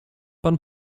pan